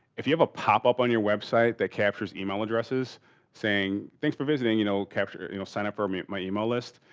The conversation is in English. if you have a pop-up on your website that captures email addresses saying thanks for visiting, you know, capture. you know, sign up for i mean my email list.